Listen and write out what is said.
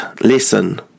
listen